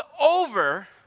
over